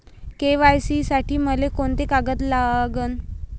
KYC साठी मले कोंते कागद लागन?